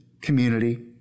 community